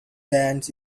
bands